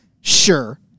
Sure